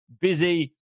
busy